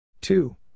two